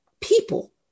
people